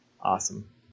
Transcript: Awesome